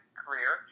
career